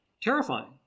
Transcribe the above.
terrifying